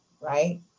Right